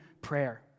prayer